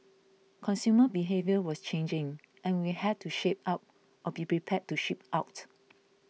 consumer behaviour was changing and we had to shape up or be prepared to ship out